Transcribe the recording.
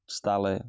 stále